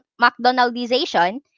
McDonaldization